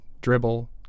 dribble